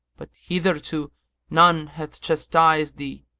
but hitherto none hath chastised thee,